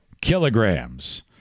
kilograms